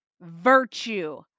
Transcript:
virtue